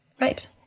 Right